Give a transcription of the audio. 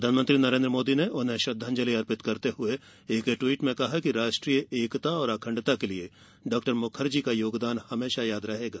प्रधानमंत्री नरेन्द्र मोदी ने उन्हें श्रद्धांजलि अर्पित करते हुए एक ट्वीट में कहा है कि राष्ट्रीय एकता और अखण्डता के लिए डाक्टर मुखर्जी का योगदान हमेशा याद रहेगा